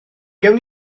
gawn